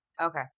Okay